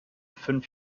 fünf